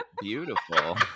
beautiful